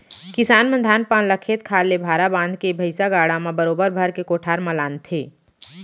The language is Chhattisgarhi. किसान मन धान पान ल खेत खार ले भारा बांध के भैंइसा गाड़ा म बरोबर भर के कोठार म लानथें